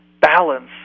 Balance